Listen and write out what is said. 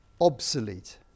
obsolete